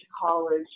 college